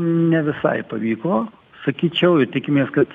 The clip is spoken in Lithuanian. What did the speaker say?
ne visai pavyko sakyčiau ir tikimės kad